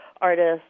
artists